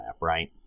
right